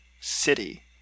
city